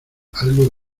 algo